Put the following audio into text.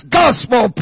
gospel